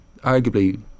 arguably